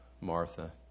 Martha